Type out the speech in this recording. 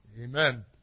Amen